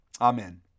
Amen